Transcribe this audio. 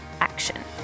action